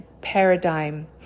paradigm